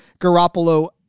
Garoppolo